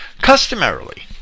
Customarily